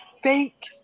fake